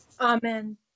Amen